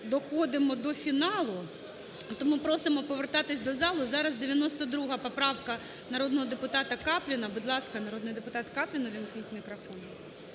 доходимо до фіналу. Тому просимо повертатись до зали, зараз 92 поправка народного депутата Капліна. Будь ласка, народний депутат Каплін уувімкніть мікрофон.